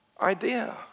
idea